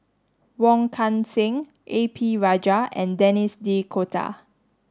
Wong Kan Seng A P Rajah and Denis D'Cotta